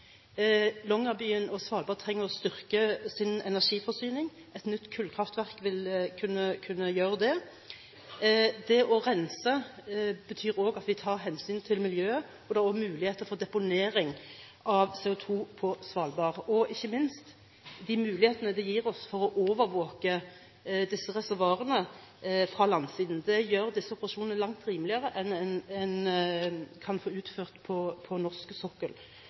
Svalbard trenger å styrke sin energiforsyning, et nytt kullkraftverk vil kunne gjøre det. Det å rense betyr også at vi tar hensyn til miljøet og da også muligheter for deponering av CO2 på Svalbard – og ikke minst gir det oss muligheter for å overvåke disse reservoarene fra landsiden. Det gjør disse operasjonene langt rimeligere enn det en kan få utført på norsk sokkel.